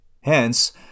Hence